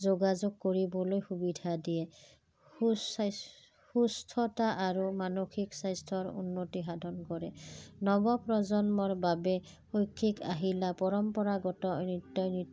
যোগাযোগ কৰিবলৈ সুবিধা দিয়ে সুস্বাস্থ্য সুস্থতা আৰু মানসিক স্বাস্থ্যৰ উন্নতি সাধন কৰে নৱ প্ৰ্ৰজন্মৰ বাবে শৈক্ষিক আহিলা পৰম্পৰাগত নৃত্যই